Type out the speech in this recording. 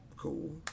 Cool